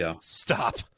stop